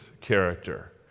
character